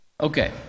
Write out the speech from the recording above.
Okay